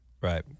right